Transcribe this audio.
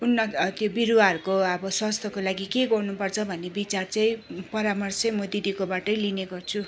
उन्नत के बिरुवाहरूको अब स्वास्थ्यको लागि के गर्नु पर्छ भन्ने विचार चाहिँ परामर्श चाहिँ मो दिदीको बाटै लिने गर्छु